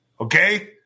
Okay